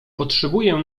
potrzebuję